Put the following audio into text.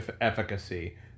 efficacy